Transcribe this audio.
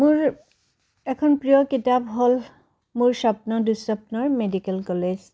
মোৰ এখন প্ৰিয় কিতাপ হ'ল মোৰ স্বপ্ন দুঃস্বপ্নৰ মেডিকেল কলেজ